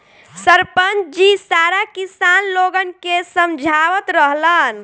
सरपंच जी सारा किसान लोगन के समझावत रहलन